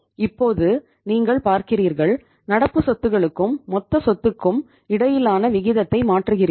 இப்போது நீங்கள் பார்க்கிறீர்கள் நடப்பு சொத்துக்கும் மொத்த சொத்துக்கும் இடையிலான விகிதத்தை மாற்றுகிறீர்கள்